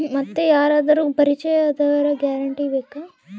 ಮತ್ತೆ ಯಾರಾದರೂ ಪರಿಚಯದವರ ಗ್ಯಾರಂಟಿ ಬೇಕಾ?